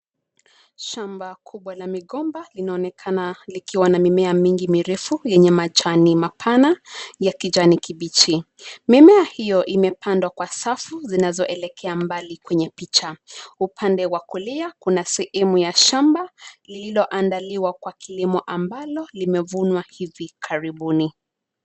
Shamba kubwa la migomba linaonekana likiwa na mimea mingi mirefu yenye majani mapana ya kijani kibichi. Mimea hiyo imepandwa kwa safu zinazoelekea mbali kwenye picha. Upande wa kulia kuna sehemu ya shamba lililoandaliwa kwa kilimo, ambalo limevunwa hivi karibuni.